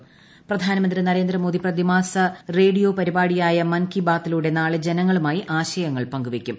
മൻ കി ബാത്ത് പ്രധാനമന്ത്രി നരേന്ദ്ര മോദി പ്രതിമാസ റേഡിയോ പരിപാടിയായ മൻ കി ബാത്തിലൂടെ നാളെ ജനങ്ങളുമായ്ക്കി ആശയങ്ങൾ പങ്കുവയ്ക്കും